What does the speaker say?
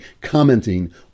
commenting